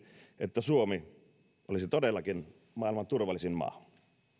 että suomi olisi todellakin maailman turvallisin maa oli